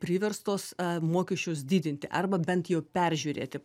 priverstos mokesčius didinti arba bent jau peržiūrėti